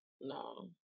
No